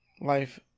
life